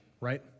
right